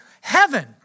heaven